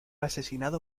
asesinado